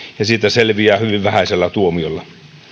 ja siitä selviää hyvin vähäisellä tuomiolla